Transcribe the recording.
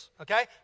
okay